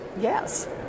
Yes